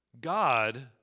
God